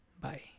Bye